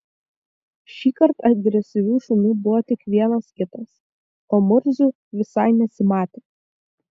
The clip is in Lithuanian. šįkart agresyvių šunų buvo tik vienas kitas o murzių visai nesimatė